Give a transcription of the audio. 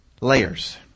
layers